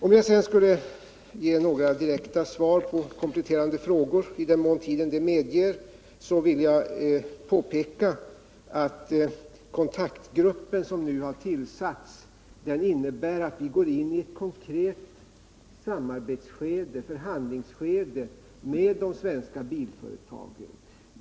Om jag sedan skulle ge direkta svar på några kompletterande frågor —-i den mån tiden det medger — vill jag påpeka att den kontaktgrupp som nu tillsatts innebär att vi går in i konkreta förhandlingar med de svenska bilföretagen.